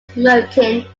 smoking